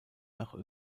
nach